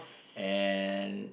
and